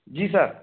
जी sir